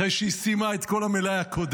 אחרי שהיא סיימה את כל המלאי הקודם.